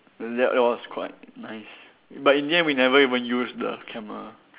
that that was quite nice but in the end we never even use the camera